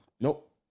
Nope